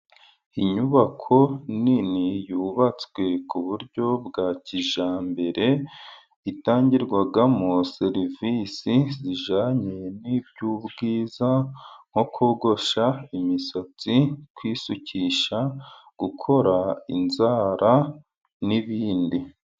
Inyubako nini yubatswe ku buryo bwa kijyambere, itangirwamo serivisi zijyanye'iby'ubwiza nko kogosha imisatsi, kwisukisha, gukora inzara, n'ibindi.